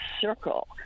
circle